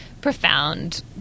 profound